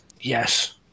yes